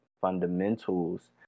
fundamentals